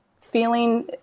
feeling